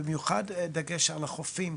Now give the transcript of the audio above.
במיוחד דגש על החופים,